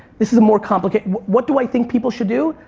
this is a more complicated, what do i think people should do?